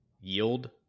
yield